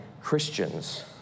Christians